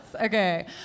Okay